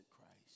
Christ